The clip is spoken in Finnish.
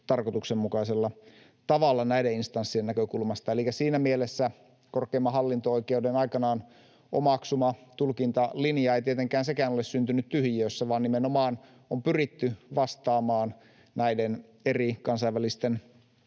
tarkoituksenmukaisella tavalla näiden instanssien näkökulmasta. Elikkä siinä mielessä korkeimman hallinto-oikeuden aikanaan omaksuma tulkintalinja ei tietenkään sekään ole syntynyt tyhjiössä, vaan nimenomaan on pyritty vastaamaan näiden eri kansainvälisten